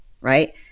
right